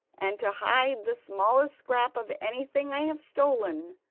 and to hide the smallest scrap of anything i have stolen.